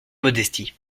modestie